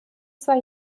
zwei